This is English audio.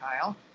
kyle